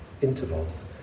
intervals